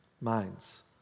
minds